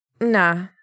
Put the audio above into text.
Nah